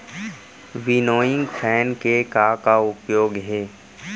Winnowing fan के का का उपयोग हे?